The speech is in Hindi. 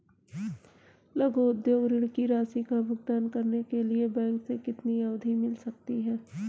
लघु उद्योग ऋण की राशि का भुगतान करने के लिए बैंक से कितनी अवधि मिल सकती है?